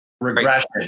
regression